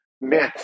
myths